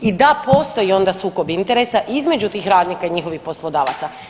I da postoji onda sukob interesa između tih radnika i njihovih poslodavaca.